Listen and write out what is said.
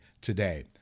today